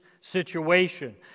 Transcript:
situation